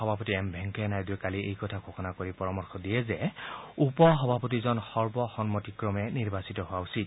সভাপতি এম ভেংকায়া নাইডুৱে কালি এই কথা ঘোষণা কৰি পৰামৰ্শ দিয়ে যে উপ সভাপতিজন সৰ্বসন্মতিক্ৰমে নিৰ্বাচিত হোৱা উচিত